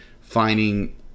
finding